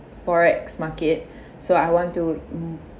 forex market so I want to mm